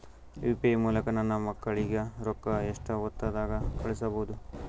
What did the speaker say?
UPI ಮೂಲಕ ನನ್ನ ಮಕ್ಕಳಿಗ ರೊಕ್ಕ ಎಷ್ಟ ಹೊತ್ತದಾಗ ಕಳಸಬಹುದು?